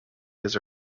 his